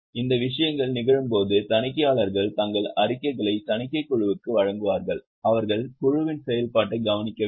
இந்த விஷயங்கள் நிகழும்போது தணிக்கையாளர்கள் தங்கள் அறிக்கைகளை தணிக்கைக் குழுவுக்கு வழங்குவார்கள் அவர்கள் குழுவின் செயல்பாட்டைக் கவனிக்கவில்லை